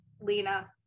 lena